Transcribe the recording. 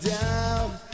down